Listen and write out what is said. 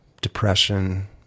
depression